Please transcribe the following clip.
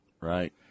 Right